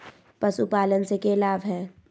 पशुपालन से के लाभ हय?